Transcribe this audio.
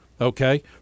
okay